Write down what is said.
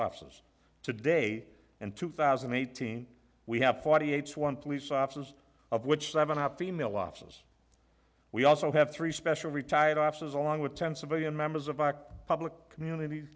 offices today and two thousand and eighteen we have forty eight sworn police officers of which seven are female officers we also have three special retired officers along with ten civilian members of our public community